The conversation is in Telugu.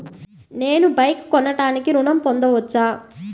నేను బైక్ కొనటానికి ఋణం పొందవచ్చా?